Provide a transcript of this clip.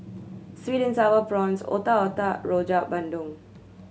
sweet and Sour Prawns Otak Otak Rojak Bandung